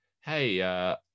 hey